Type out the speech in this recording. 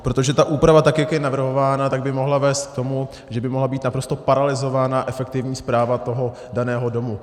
Protože ta úprava, tak jak je navrhována, by mohla vést k tomu, že by mohla být naprosto paralyzována efektivní správa toho daného domu.